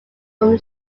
from